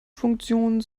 funktion